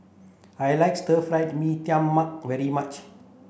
I like Stir Fried Mee Tai Mak very much